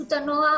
חסות הנוער,